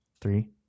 Three